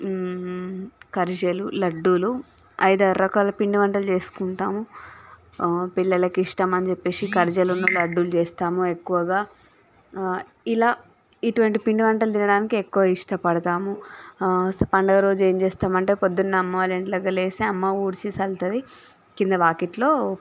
ఖర్జలు లడ్డూలు ఐదారు రకాల పిండి వంటలు చేసుకుంటాం పిల్లలకి ఇష్టం అని చెప్పే ఖర్జలు ఉన్న లడ్డు చేస్తాము ఎక్కువగా ఇలా ఇటువంటి పిండివంటలు తినడానికి ఎక్కువ ఇష్టపడతాము పండుగ రోజు ఏం చేస్తాము అంటే పొద్దున్నే అమ్మ వాళ్ళ ఇంట్లోకి లేసి అమ్మ ఊడ్చేసి వెళ్తుంది కింద వాకిట్లో